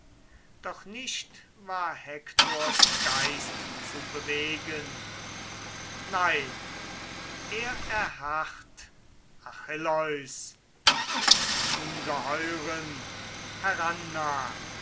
doch nicht war hektors geist zu bewegen nein er erharrt achilleus des ungeheuren